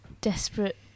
Desperate